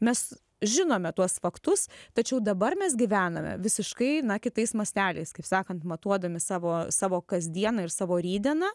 mes žinome tuos faktus tačiau dabar mes gyvename visiškai na kitais masteliais kaip sakant matuodami savo savo kasdieną ir savo rytdieną